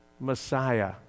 Messiah